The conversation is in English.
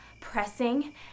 pressing